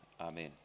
amen